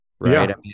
right